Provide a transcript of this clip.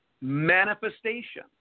Manifestation